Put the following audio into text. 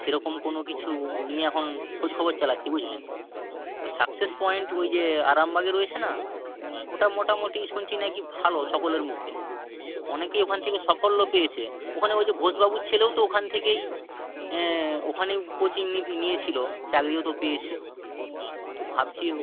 সেরকম কোনো কিছু নিয়ে এখন খোঁজখবর চালাচ্ছি বুঝলেন তো সাকসেস পয়েন্ট ওই যে আরামবাগে রয়েছে না ওটা মোটামুটি শুনছি নাকি ভালো সকলের মুখে অনেকেই ওখান থেকে সাফল্য পেয়েছে ওখানে ওই যে ঘোষবাবুর ছেলেও তো ওখান থেকেই ওখানে কোচিং নিয়েছিল চাকরিও তো পেয়েছে তো ভাবছি